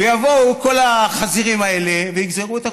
ויבואו כל החזירים ויגזרו את הקופון.